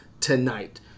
tonight